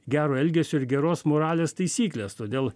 gero elgesio ir geros moralės taisyklės todėl